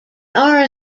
are